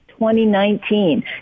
2019